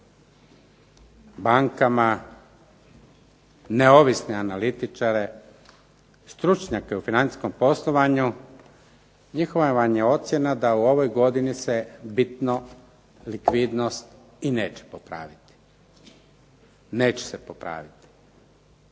bankama, neovisne analitičare, stručnjake u financijskom poslovanju, njihova vam je ocjena da u ovoj godini se bitno likvidnost i neće popraviti. Neće se popraviti.